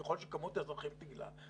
ככל שכמות האזרחים תגדל,